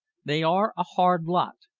they are a hard lot.